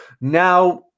now